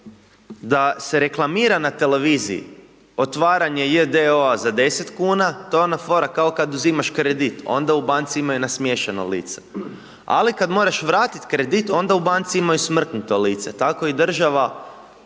da se reklamira na televiziji otvaranje j.d.o.o za 10 kn, to je ona fora, kao kada uzimaš kredit, onda u banci imaju nasmiješeno lice, ali kada moraš vratiti kredit, onda u banci imaju smrknuto lice. Tako i država